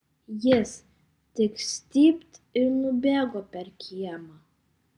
jis tik stypt ir nubėgo per kiemą